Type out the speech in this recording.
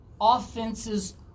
offenses